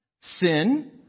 sin